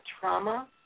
trauma